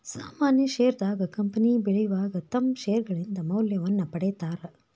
ಸಾಮಾನ್ಯ ಷೇರದಾರ ಕಂಪನಿ ಬೆಳಿವಾಗ ತಮ್ಮ್ ಷೇರ್ಗಳಿಂದ ಮೌಲ್ಯವನ್ನ ಪಡೇತಾರ